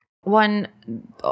one